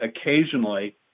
occasionally